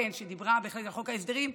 כן, חוק ההסדרים.